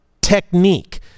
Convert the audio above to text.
technique